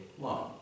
long